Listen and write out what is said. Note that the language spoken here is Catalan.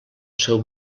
seu